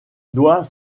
doit